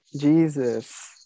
Jesus